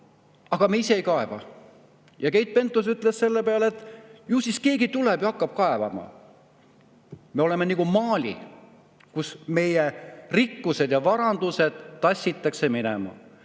aga me ise ei kaeva. Ja Keit Pentus ütles selle peale, et ju siis keegi tuleb ja hakkab kaevama. Me oleme nagu Mali, meie rikkused ja varandused tassitakse minema.